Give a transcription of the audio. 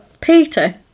Peter